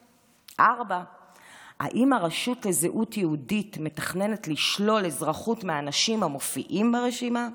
4. האם הרשות לזהות יהודית מתכננת לשלול אזרחות מאנשים המופיעים ברשימה?